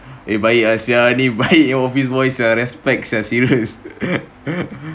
baik ah [sial] ini baik punya office boy sia respect ah sia serious